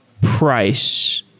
price